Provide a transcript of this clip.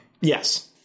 Yes